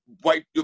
white